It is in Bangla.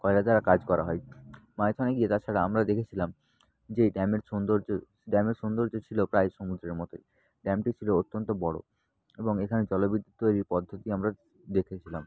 কয়লা দ্বারা কাজ করা হয় মাইথনে গিয়ে তাছাড়া আমরা দেখেছিলাম যে ড্যামের সৌন্দর্য ড্যামের সৌন্দর্য ছিল প্রায় সমুদ্রের মতই ড্যামটি ছিল অত্যন্ত বড় এবং এখানে জলবিদ্যুৎ তৈরির পদ্ধতি আমরা দেখেছিলাম